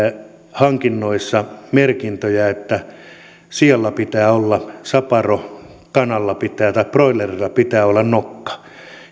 hankinnoissa merkintöjä että sialla pitää olla saparo broilerilla pitää olla nokka